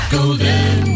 Golden